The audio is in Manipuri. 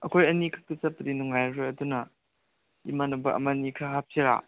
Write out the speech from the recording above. ꯑꯩꯈꯣꯏ ꯑꯅꯤꯈꯛꯇ ꯆꯠꯄꯗꯤ ꯅꯨꯡꯉꯥꯏꯔꯔꯣꯏ ꯑꯗꯨꯅ ꯏꯃꯥꯟꯅꯕ ꯑꯃ ꯑꯅꯤ ꯈꯔ ꯍꯥꯞꯁꯤꯔꯥ